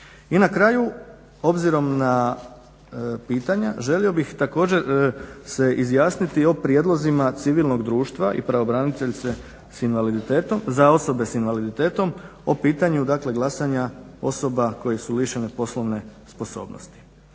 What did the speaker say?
I na kraju, obzirom na pitanja želio bih također se izjasniti o prijedlozima civilnog društva i pravobraniteljice za osobe s invaliditetom o pitanju glasanja osobama koje su lišene poslovne sposobnosti.